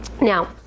Now